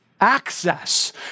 access